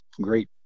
great